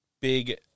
big